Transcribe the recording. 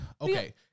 okay